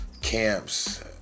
camps